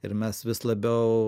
ir mes vis labiau